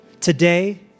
Today